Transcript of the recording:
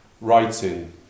writing